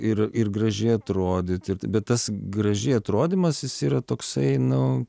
ir ir gražiai atrodyti tas gražiai atrodymas jis yra toksai nu